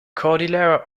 cordillera